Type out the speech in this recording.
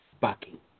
backing